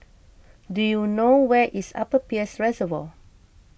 do you know where is Upper Peirce Reservoir